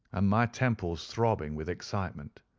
ah my temples throbbing with excitement.